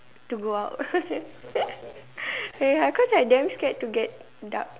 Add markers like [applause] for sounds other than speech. to go out [laughs] ya cause I damn scared to get dark